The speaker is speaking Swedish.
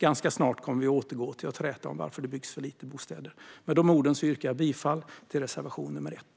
Ganska snart kommer vi att återgå till att träta om varför det byggs för lite bostäder. Med de orden yrkar jag bifall till reservation nr 1.